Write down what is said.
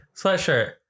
sweatshirt